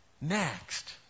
next